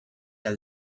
i’ll